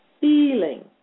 feeling